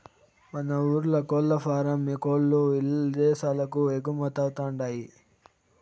మన ఊర్ల కోల్లఫారం కోల్ల్లు ఇదేశాలకు ఎగుమతవతండాయ్